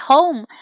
Home